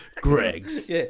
Greg's